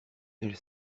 elle